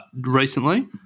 recently